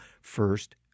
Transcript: first